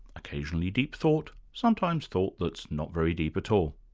occasionally deep thought, sometimes thought that's not very deep at all.